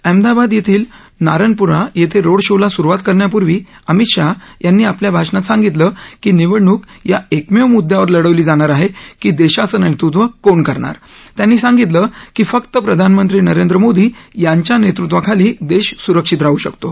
अहमदाबाद येथील नारणपुरा येथे road show ला सुरुवात करण्यापूर्वी अमित शहा यांनी आपल्या भाषणात सांगितलं की निवडणूक या एकमेव मुद्यावर लढवली जाणार आहे की देशाचं नेतृत्व कोण करणार त्यांनी सांगितलं की फक्त प्रधानमंत्री नरेंद्र मोदी यांच्या नेतृत्वाखाली देश सुरक्षित राहू शकतो